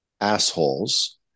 assholes